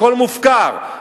הכול מופקר.